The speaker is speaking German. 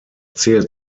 zählt